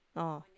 oh